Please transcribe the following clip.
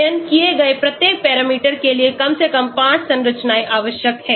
अध्ययन किए गए प्रत्येक पैरामीटर के लिए कम से कम 5 संरचनाएं आवश्यक हैं